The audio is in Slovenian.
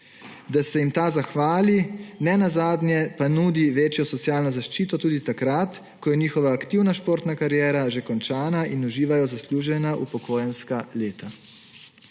da se jim ta zahvali, nenazadnje pa nudi večjo socialno zaščito tudi takrat, ko je njihova aktivna športna kariera že končana in uživajo zaslužena upokojenska leta.